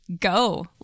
Go